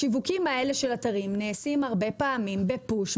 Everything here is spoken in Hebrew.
השיווקים האלה של אתרים נעשים הרבה פעמים בפוש,